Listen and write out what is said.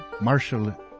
Marshall